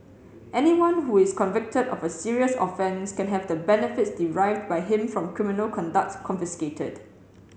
anyone who is convicted of a serious offence can have the benefits derived by him from criminal conduct confiscated